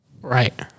Right